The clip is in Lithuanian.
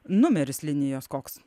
numeris linijos koks